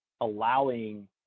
allowing